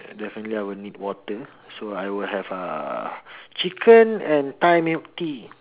definitely I would need water so I would have uh chicken and Thai milk tea